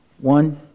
One